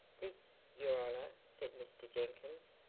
this your honor, said mr. jenkyns,